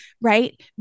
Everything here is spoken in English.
Right